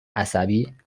عصبی